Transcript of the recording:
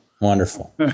Wonderful